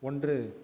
ஒன்று